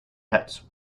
pets